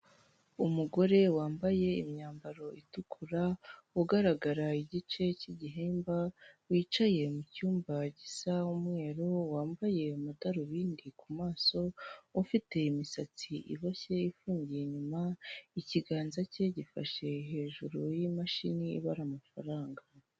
Amafaranga y'amadorari azinze mu mifungo akaba ari imifungo itandatu iyi mifungo uyibonye yaguhindurira ubuzima rwose kuko amadolari ni amafaranga menshi cyane kandi avunjwa amafaranga menshi uyashyize mumanyarwanda rero uwayaguha wahita ugira ubuzima bwiza.